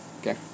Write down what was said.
Okay